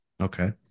Okay